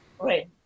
Right